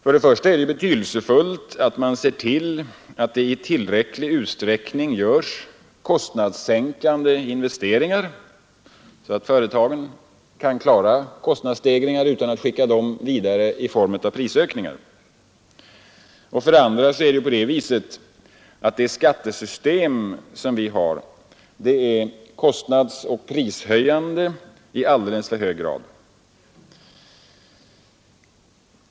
För det första är det betydelsefullt att se till att det i tillräcklig utsträckning görs kostnadssänkande investeringar, så att företagen kan klara kostnadsstegringar utan att skicka dem vidare i form av prisökningar. För det andra är det på det sättet att det skattesystem vi har är kostnadsoch Nr 147 prishöjande i alldeles för hög grad.